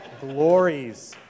glories